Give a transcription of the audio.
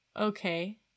Okay